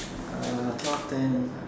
uh twelve ten